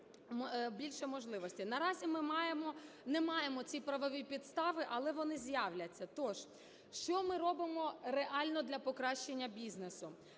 Наразі ми не маємо ці правові підстави, але вони з'являться. То ж що ми робимо реально для покращання бізнесу?